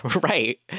Right